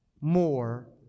more